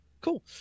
cool